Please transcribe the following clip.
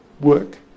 work